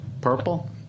purple